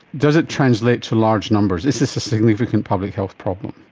does it translate to large numbers? is this a significant public health problem?